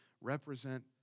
represent